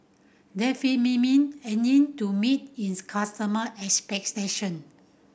Remifemin to meet its customer expectation